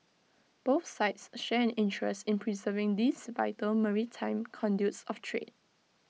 both sides share an interest in preserving these vital maritime conduits of trade